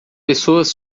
pessoas